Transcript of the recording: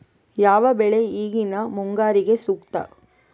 ಯಾವ ಬೆಳೆ ಈಗಿನ ಮುಂಗಾರಿಗೆ ಸೂಕ್ತ?